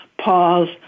Pause